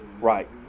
Right